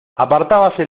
apartábase